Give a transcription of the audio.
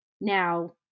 Now